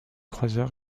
croiseurs